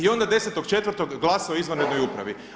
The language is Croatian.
I onda 10.4. glasa o izvanrednoj upravi.